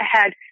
ahead